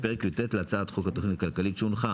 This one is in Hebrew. בפרק י"ט להצעת חוק התכנית הכלכלית שהונחה